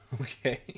Okay